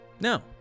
No